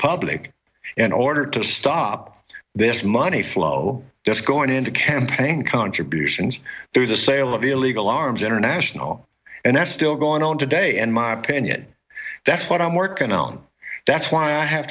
public in order to stop this money flow just going into campaign contributions through the sale of illegal arms international and that's still going on today and mobbed and yet that's what i'm working on that's why i have